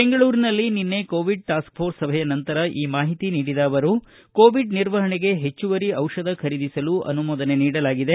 ಬೆಂಗಳೂರಿನಲ್ಲಿ ನಿನ್ನೆ covid task force ಸಭೆಯ ನಂತರ ಈ ಮಾಹಿತಿ ನೀಡಿದ ಅವರು ಕೋವಿಡ್ ನಿರ್ವಹಣೆಗೆ ಹೆಚ್ಚುವರಿ ಚಿಷಧ ಖರೀದಿಸಲು ಅನುಮೋದನೆ ನೀಡಲಾಗಿದೆ